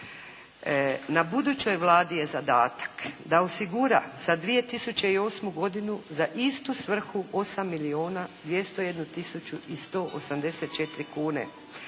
na budućoj vladi je zadatak da osigura za 2008. godinu za istu svrhu 8 milijuna